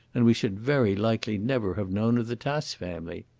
and we should very likely never have known of the tace family.